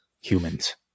humans